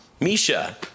misha